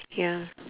ya